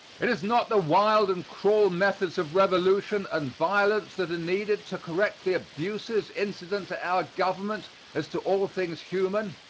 it is not the wild and cruel methods of revolution and violence that are needed to correct the abuses incident to our government as to all things human.